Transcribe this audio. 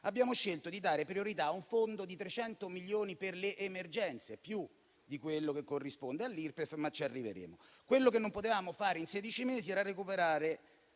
Abbiamo scelto di dare priorità a un fondo di 300 milioni per le emergenze, più di quello che corrisponde all'Irpef, ma ci arriveremo. Quello che non potevamo fare in sedici mesi era recuperare